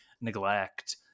neglect